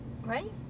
Right